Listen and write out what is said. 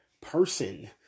person